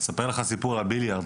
אספר לכם סיפור על ביליארד: